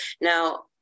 Now